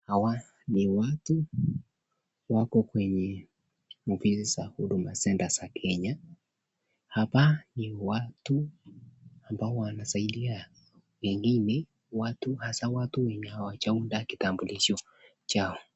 Hawa ni watu wako kwenye ofisi za huduma center za kenya. Hapa ni watu ambao wanasaidia wengine watu haswa watu hawajaunda kitambulisho chao.